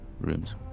rooms